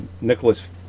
Nicholas